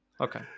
Okay